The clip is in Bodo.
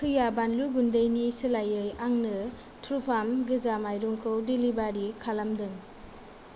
कैया बानलु गुन्दैनि सोलायै आंनो थ्रुफार्म गोजा माइरंखौ डेलिबारि खालामदों